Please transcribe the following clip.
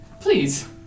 Please